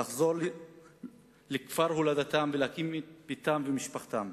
לחזור לכפר הולדתם ולהקים את ביתם ואת משפחתם.